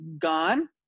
gone